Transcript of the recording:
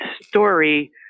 story